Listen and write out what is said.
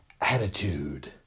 Attitude